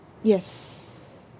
yes